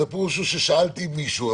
הפירוש הוא ששאלתי מישהו.